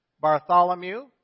Bartholomew